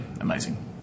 amazing